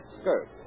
skirt